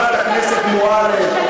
חברת הכנסת מועלם.